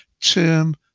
term